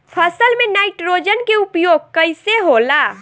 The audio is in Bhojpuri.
फसल में नाइट्रोजन के उपयोग कइसे होला?